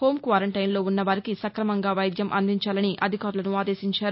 home క్వారెంటైన్లో ఉన్నవారికి సక్రమంగా వైద్యం అందించాలని అధికారులను ఆదేశించారు